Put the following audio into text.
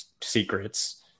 secrets